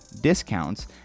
discounts